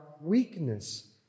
weakness